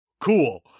Cool